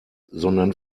sondern